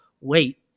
wait